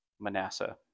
Manasseh